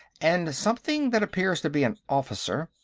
and something that appears to be an officer.